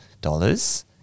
dollars